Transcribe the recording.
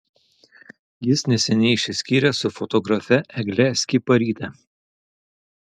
jis neseniai išsiskyrė su fotografe egle skiparyte